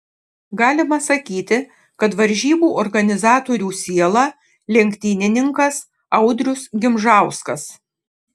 galima sakyti kad varžybų organizatorių siela lenktynininkas audrius gimžauskas